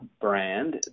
brand